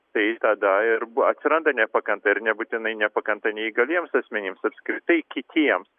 tai tada ir atsiranda nepakanta ir nebūtinai nepakanta neįgaliems asmenims apskritai kitiems